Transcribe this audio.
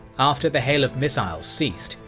after the hail of missiles ceased,